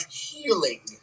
healing